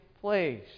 place